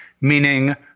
meaning